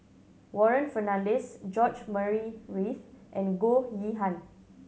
Warren Fernandez George Murray Reith and Goh Yihan